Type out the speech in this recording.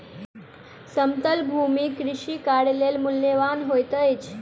समतल भूमि कृषि कार्य लेल मूल्यवान होइत अछि